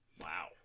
Wow